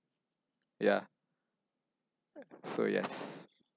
ya so yes